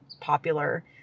popular